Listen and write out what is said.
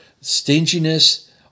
stinginess